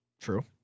True